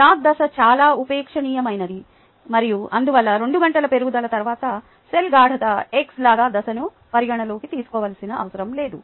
log దశ చాలా ఉపేక్షణీయమైనది మరియు అందువల్ల 2 గంటల పెరుగుదల తర్వాత సెల్ గాఢత x లాగ్ దశను పరిగణనలోకి తీసుకోవలసిన అవసరం లేదు